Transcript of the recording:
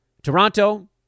Toronto